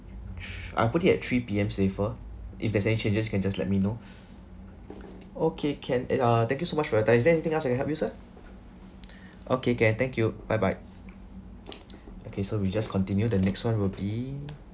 th~ I put it at three P_M safer if there's any changes can just let me know okay can ya thank you so much for your time is there anything else I can help you sir okay can thank you bye bye okay so we just continue the next one will be